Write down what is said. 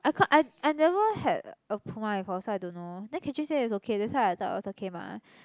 I cau~ I I never had a Puma before so I don't know then Catherine say it's okay that's why I thought it was okay mah